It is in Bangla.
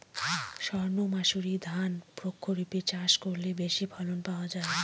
সর্ণমাসুরি ধান প্রক্ষরিপে চাষ করলে বেশি ফলন পাওয়া যায়?